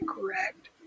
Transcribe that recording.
correct